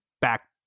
back